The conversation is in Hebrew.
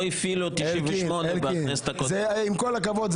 לא הפעילו את סעיף 98. עם כל הכבוד,